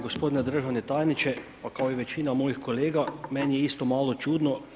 Gospodine državni tajniče kao i većina mojih kolega meni je isto malo čudno.